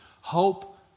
hope